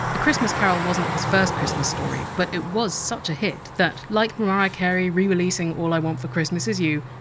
a christmas carol wasn't his first christmas story, but it was such a hit that, like mariah carey rereleasing all i want for christmas is you,